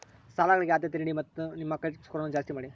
ಸಾಲಗಳಿಗೆ ಆದ್ಯತೆ ನೀಡಿ ಮತ್ತು ನಿಮ್ಮ ಕ್ರೆಡಿಟ್ ಸ್ಕೋರನ್ನು ಜಾಸ್ತಿ ಮಾಡಿ